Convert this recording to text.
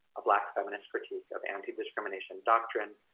a black feminist critique of anti-discrimination doctrine,